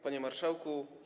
Panie Marszałku!